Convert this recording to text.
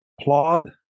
applaud